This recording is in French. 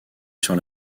sur